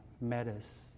matters